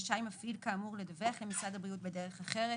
רשאי מפעיל כאמור לדווח למשרד הבריאות בדרך אחרת,